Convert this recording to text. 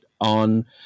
on